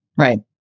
Right